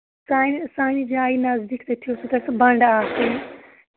سانہِ سانہِ جایہِ نزدیٖک تٔتھی اوسوٕ تَتھ سُہ بَنٛڈٕ اکھ